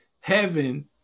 heaven